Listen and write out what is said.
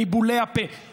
ניבולי הפה.